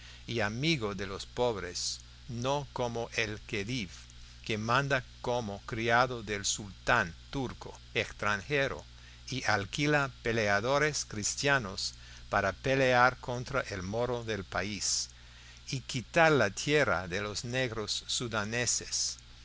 y amigo de los pobres no como el khedive que manda como criado del sultán turco extranjero y alquila peleadores cristianos para pelear contra el moro del país y quitar la tierra a los negros